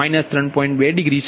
2 degree